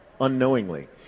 Unknowingly